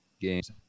games